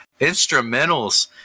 instrumentals